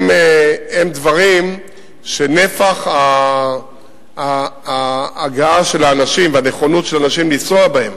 הם דברים שנפח ההגעה של האנשים והנכונות של אנשים לנסוע בהם,